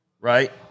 right